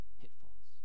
pitfalls